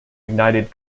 ignited